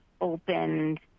opened